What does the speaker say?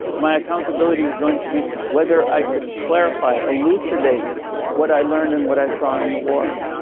my accountability is going to be whether i could clarify, elucidate what i learned and what i saw in the war.